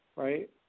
right